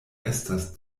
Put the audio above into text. estas